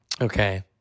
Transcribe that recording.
Okay